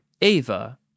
Ava